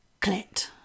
clit